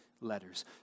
letters